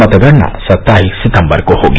मतगणना सत्ताईस सितम्बर को होगी